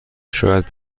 شاید